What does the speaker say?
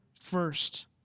first